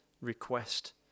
request